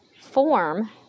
form